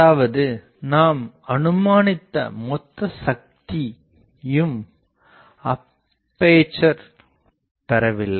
அதாவது நாம் அனுமானித்த மொத்த சக்தியும் அப்பேசர் பெறவில்லை